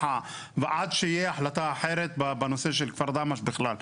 ועד שיהיה החלטה אחרת בנושא של כפר דהמש בכלל,